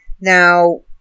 Now